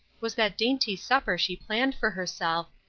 was that dainty supper she planned for herself,